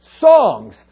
songs